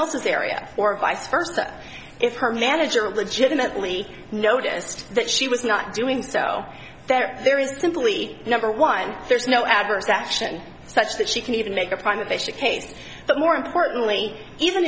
else's area or vice versa if her manager legitimately noticed that she was not doing so there there is simply number one there's no adverse action such that she can even make a private patient case but more importantly even